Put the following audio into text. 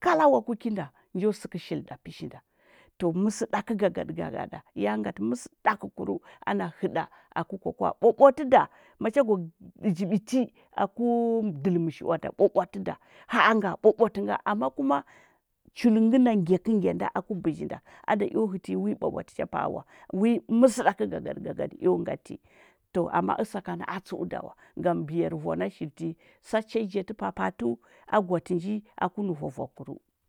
kala wa ku kinda, njo səkə shili ɗa pashinda to məsədakə gagaɗə gagaɗa ya ngati məsədakəkuru ana həda aku kwakwa’a bwabwatə ɗa macha gwa diji biti alai ɗol mashi’va nɗa bwabwa tə ɗa, ha. anga bwabwatə nga ama kuma chulə ngəna ngyekə ngyanda aku ɓyi nɗa aɗa eo həti nyi wi bwabwatə cha pa’a wa wi məsəɗakə gagadə gagadə eo ngati to ama əsakana atsəu ɗawa ngam biyar vu ana sa chanjati papatu agwa tinjiaku nə vua vua lairu.